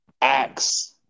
acts